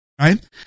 right